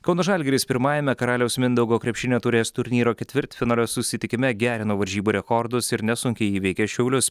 kauno žalgiris pirmajame karaliaus mindaugo krepšinio taurės turnyro ketvirtfinalio susitikime gerino varžybų rekordus ir nesunkiai įveikė šiaulius